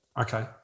Okay